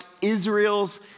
Israel's